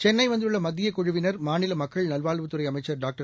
சென்னைவந்துள்ளமத்தியக் குழுவினர் மாநிலமக்கள் நல்வாழ்வுத்துறைஅமைச்சர் டாக்டர்